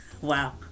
wow